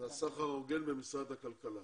והסחר ההוגן במשרד הכלכלה.